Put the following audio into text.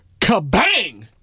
kabang